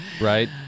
Right